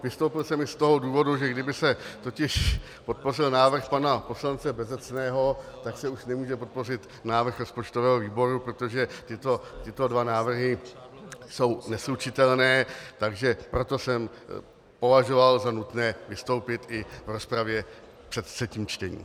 Vystoupil jsem i z toho důvodu, že kdyby se totiž podpořil návrh pana poslance Bezecného, tak se už nemůže podpořit návrh rozpočtového výboru, protože tyto dva návrhy jsou neslučitelné, takže proto jsem považoval za nutné vystoupit i v rozpravě před třetím čtením.